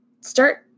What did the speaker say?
start